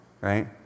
right